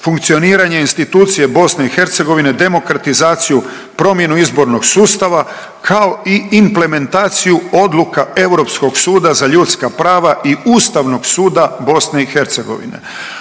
funkcioniranje institucije Bosne i Hercegovine, demokratizaciju, promjenu izbornog sustava kao i implementaciju odluka Europskog suda za ljudska prava i Ustavnog suda Bosne i Hercegovine,